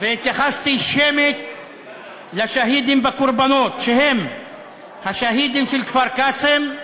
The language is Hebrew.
והתייחסתי שמית לשהידים והקורבנות שהם השהידים של כפר-קאסם,